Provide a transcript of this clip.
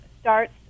starts